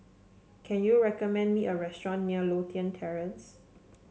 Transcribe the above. can you recommend me a restaurant near Lothian Terrace